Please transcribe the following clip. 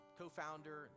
co-founder